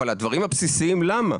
אבל הדברים הבסיסיים למה?